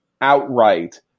outright